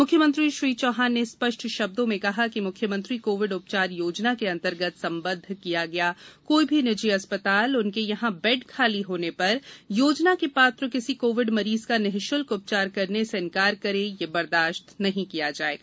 मुख्यमंत्री श्री चौहान ने स्पष्ट शब्दो में कहा मुख्यमंत्री कोविड उपचार योजना के अंतर्गत सम्बद्ध किया गया कोई भी निजी अस्पताल उनके यहाँ बेड खाली होने पर योजना के पात्र किसी कोविड मरीज का निःशुल्क उपचार करने से इंकार करे यह बर्दाश्त नहीं किया जाएगा